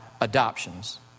adoptions